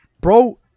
Bro